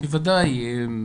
א',